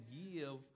give